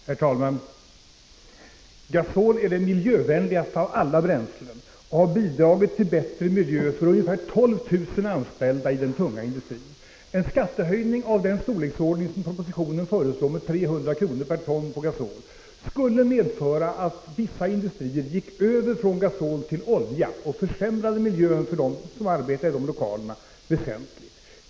Herr talman! Gasol är det miljövänligaste av alla bränslen och har bidragit till bättre miljö för ungefär 12 000 anställda i den tunga industrin. En skattehöjning av den storleksordning som propositionen föreslår, med 300 kr. per ton, på gasol skulle medföra att vissa industrier gick över från gasol till olja och väsentligt försämrade miljön för dem som arbetar i lokalerna.